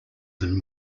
than